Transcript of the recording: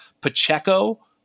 Pacheco